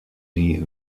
die